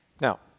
Now